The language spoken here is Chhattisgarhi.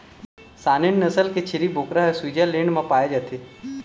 सानेन नसल के छेरी बोकरा ह स्वीटजरलैंड म पाए जाथे